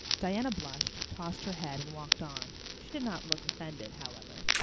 diana blushed, tossed her head, and walked on. she did not look offended, however.